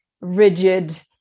rigid